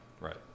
right